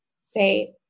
say